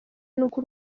n’uko